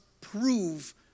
prove